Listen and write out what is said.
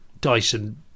dyson